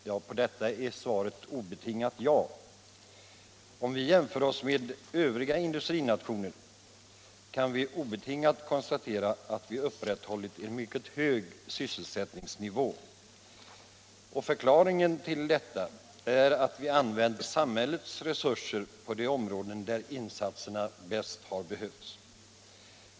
Svaret är obetingat ja. Om vi jämför oss med övriga industrinationer, kan vi obetingat konstatera att vi har upprätthållit en mycket hög sysselsättningsnivå. Förklaringen till detta är att vi använt samhällets resurser på de områden där insatserna bäst har behövts.